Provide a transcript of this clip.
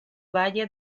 valle